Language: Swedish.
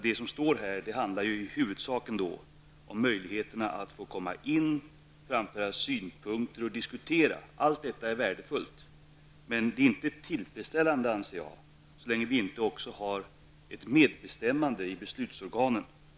Det som står här handlar i huvudsak om möjligheterna att få komma in och framföra synpunkter och diskutera. Allt detta är värdefullt, men det är inte tillfredsställande, anser jag, så länge vi inte också har ett medbestämmande i beslutsorganen.